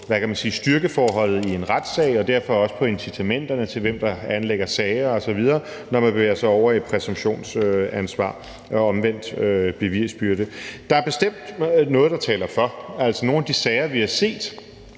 styrkeforholdet i en retssag og derfor også på incitamenterne til, hvem der anlægger sager osv., når man bevæger sig over i præsumptionsansvar og omvendt bevisbyrde. Der er bestemt noget, der taler for. Altså, nogle af de sager, vi har set,